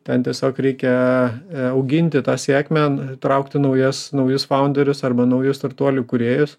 ten tiesiog reikia auginti tą sėkmę traukti naujas naujus faunderius arba naujus startuolių kūrėjus